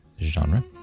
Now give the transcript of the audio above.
genre